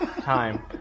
time